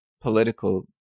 political